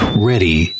ready